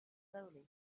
slowly